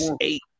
eight